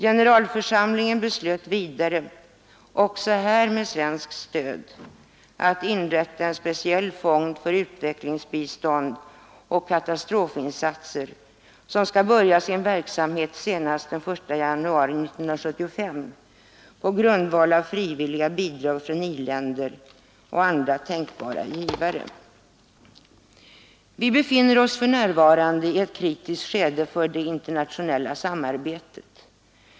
Generalförsamlingen beslöt vidare — också här med svenskt stöd — att inrätta en speciell fond för utvecklingsbistånd och katastrofinsatser, vilken skall börja sin verksamhet senast den 1 janauri 1975 på grundval av frivilliga bidrag från i-länder och andra tänkbara givare. Vi befinner oss för närvarande i ett kritiskt skede för det internationella samarbetet.